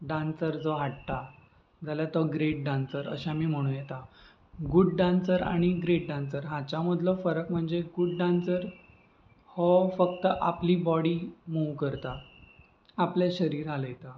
dancer जो हाडटा जाल्यार तो ग्रेट डांसर अशें आमी म्हणूं येता गूड डांसर आनी ग्रेट डांसर हाच्या मदलो फरक म्हणजे गूड डांसर हो फक्त आपली बॉडी मूव करता आपलें शरीर हालयता